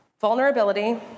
vulnerability